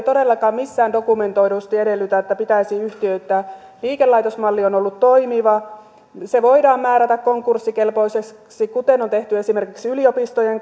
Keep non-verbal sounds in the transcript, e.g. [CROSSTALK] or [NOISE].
[UNINTELLIGIBLE] todellakaan missään dokumentoidusti edellytä että pitäisi yhtiöittää liikelaitosmalli on ollut toimiva se voidaan määrätä konkurssikelpoiseksi kuten on tehty esimerkiksi yliopistojen [UNINTELLIGIBLE]